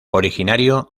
originario